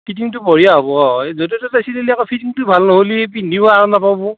ফিটিংটো বঢ়িয়া হ'ব অঁ এই য'তে ত'তে চিলালে আকৌ ফিটিংটো ভাল নহ'লে পিন্ধিও আৰাম নাপাব